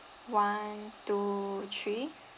one two three